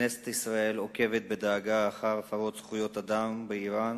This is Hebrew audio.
כנסת ישראל עוקבת בדאגה אחר הפרות זכויות האדם באירן